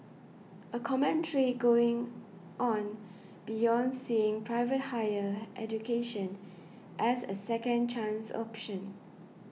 a commentary going on beyond seeing private higher education as a second chance option